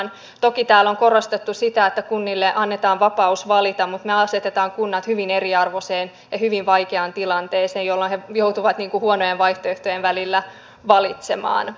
toki täällä on korostettu sitä että kunnille annetaan vapaus valita mutta me asetamme kunnat hyvin eriarvoiseen ja hyvin vaikeaan tilanteeseen jolloin ne joutuvat huonojen vaihtoehtojen välillä valitsemaan